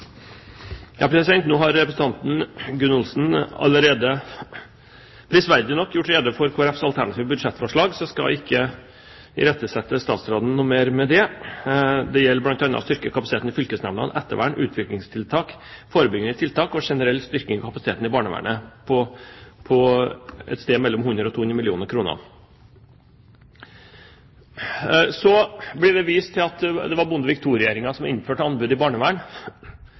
Nå har representanten Gunn Olsen allerede – prisverdig nok – gjort rede for Kristelig Folkepartis alternative budsjettforslag, så jeg skal ikke irettesette statsråden noe mer med hensyn til det. Det gjelder bl.a. å styrke kapasiteten i fylkesnemndene, ettervern, utviklingstiltak, forebyggende tiltak – generell styrking av kapasiteten i barnevernet på mellom 100 og 200 mill. kr. Så blir det vist til at det var Bondevik II-regjeringen som innførte bruken av anbud i